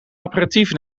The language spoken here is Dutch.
aperitief